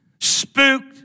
spooked